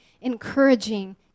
encouraging